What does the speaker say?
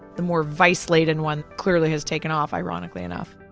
the more vice laden one clearly has taken off, ironically enough.